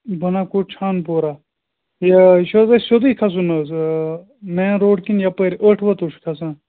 بَنان کوڑ چھان پوٗرا یہِ یہِ چھُ حظ اَسہِ سیٚودُے کھَسُن حظ مین روڈ کِنہٕ یَپٲرۍ ٲٹھ وَتو چھُ کھَسان